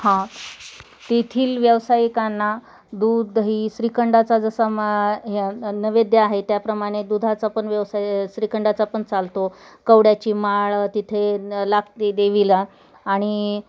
हा तेथील व्यवसायिकांना दूध दही श्रीखंडाचा जसा मा नैवेद्य आहे त्याप्रमाणे दुधाचा पण व्यवसाय श्रीखंडाचा पण चालतो कवड्याची माळ तिथे लागते देवीला आणि